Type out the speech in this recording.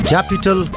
Capital